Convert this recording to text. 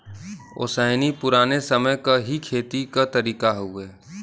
ओसैनी पुराने समय क ही खेती क तरीका हउवे